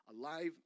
alive